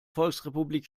volksrepublik